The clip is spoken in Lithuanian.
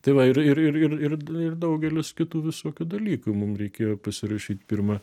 tai va ir ir ir ir daugelis kitų visokių dalykų mum reikėjo pasirašyt pirmą